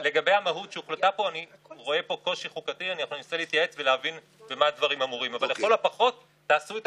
בטיוטת הצו שמשרד האוצר פרסם לאחרונה הוצע להרחיב ל-55% מסך מסגרות